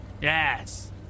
yes